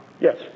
Yes